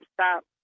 stop